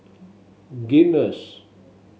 guinness